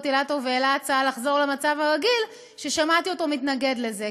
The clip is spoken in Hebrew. אילטוב העלה הצעה לחזור למצב הרגיל שמעתי אותו מתנגד לזה,